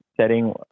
setting